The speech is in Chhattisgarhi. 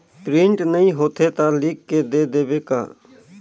प्रिंट नइ होथे ता लिख के दे देबे का?